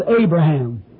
Abraham